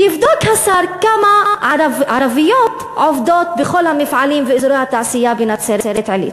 שיבדוק השר כמה ערביות עובדות בכל המפעלים באזורי התעשייה בנצרת-עילית.